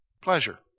Pleasure